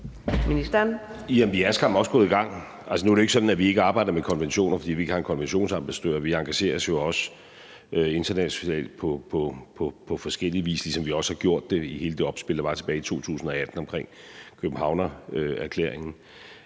Vi er skam også gået i gang. Nu er det ikke sådan, at vi ikke arbejder med konventioner, fordi vi ikke har en konventionsambassadør. Vi engagerer os jo også internationalt på forskellig vis, ligesom vi også har gjort det i hele det opspil, der var tilbage i 2018 omkring Københavnererklæringen.